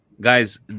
guys